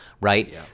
right